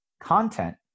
content